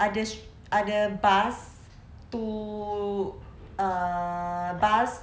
ada ada bus to err bus